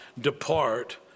depart